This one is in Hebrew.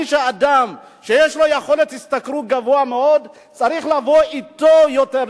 אדם שיש לו יכולת השתכרות גבוהה מאוד צריך לבוא אתו יותר,